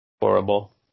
horrible